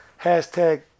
Hashtag